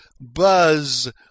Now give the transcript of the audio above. Buzz